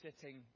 sitting